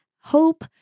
hope